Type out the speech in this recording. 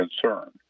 concern